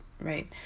right